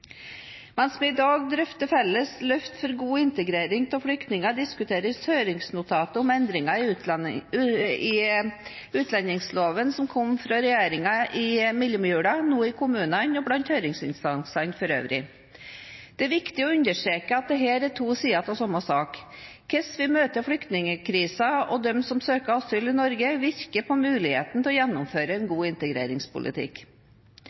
i dag drøfter felles løft for god integrering av flyktningene, diskuteres nå høringsnotatet om endringer i utlendingsloven som kom fra regjeringen i mellomjula, i kommunene og blant høringsinstansene for øvrig. Det er viktig å understreke at dette er to sider av samme sak. Hvordan vi møter flyktningkrisen og dem som søker asyl i Norge, virker inn på muligheten til å gjennomføre en